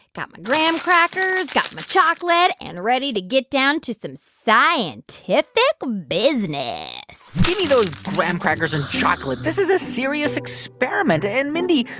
got my graham crackers, got my chocolate and ready to get down to some scientific business give me those graham crackers and chocolate. this is a serious experiment. and, mindy,